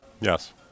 Yes